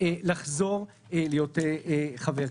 לחזור להיות חבר כנסת.